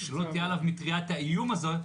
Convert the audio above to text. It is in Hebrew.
כשלא תהיה עליו מטריית האיום הזה,